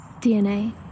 DNA